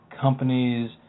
companies